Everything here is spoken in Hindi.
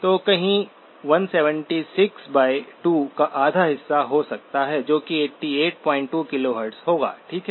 तो कहीं 1762 का आधा हिस्सा हो सकता है जो 882 KHz होगा ठीक है